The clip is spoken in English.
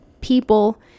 people